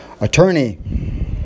attorney